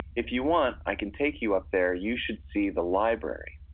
if you want, i can take you up there. you should see the library.